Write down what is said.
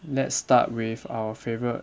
let's start with our favourite